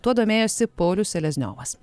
tuo domėjosi paulius selezniovas